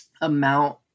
amount